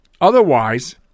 Otherwise